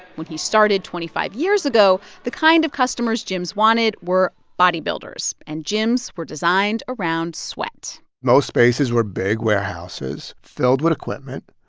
when he started twenty five years ago, the kind of customers gyms wanted were bodybuilders, and gyms were designed around sweat most spaces were big warehouses filled with equipment.